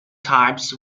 types